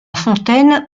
fontaine